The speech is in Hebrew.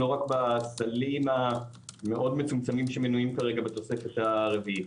לא רק בסלים המאוד מצומצמים שמנויים כרגע בתוספת הרביעית.